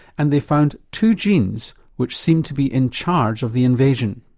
and they've found two genes which seem to be in charge of the invasion.